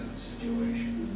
situation